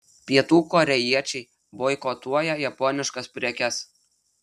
pietų korėjiečiai boikotuoja japoniškas prekes